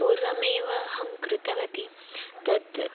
पूर्वमेव अहं कृतवती तद्